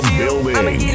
building